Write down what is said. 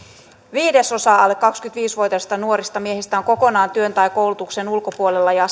viidesosa alle kaksikymmentäviisi vuotiaista nuorista miehistä on kokonaan työn tai koulutuksen ulkopuolella ja